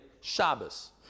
Shabbos